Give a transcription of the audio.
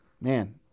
man